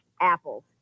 apples